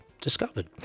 discovered